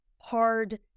hard